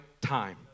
time